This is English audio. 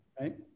right